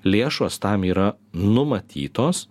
lėšos tam yra numatytos